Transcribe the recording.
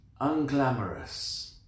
unglamorous